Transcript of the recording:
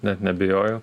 net neabejoju